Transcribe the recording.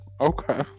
okay